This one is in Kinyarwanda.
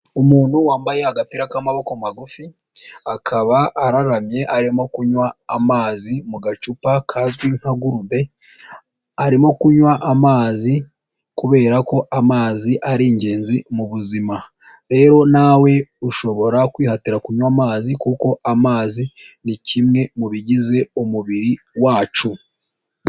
Umuntu wambaye agapira k'amaboko magufi akaba araramye arimo kunywa amazi mu gacupa kazwi nka gurude, arimo kunywa amazi kubera ko amazi ari ingenzi mu buzima rero nawe ushobora kwihatira kunywa amazi kuko amazi ni kimwe mu bigize umubiri wacu.